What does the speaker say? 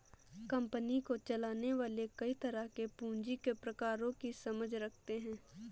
company को चलाने वाले कई तरह के पूँजी के प्रकारों की समझ रखते हैं